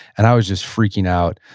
and i was just freaking out.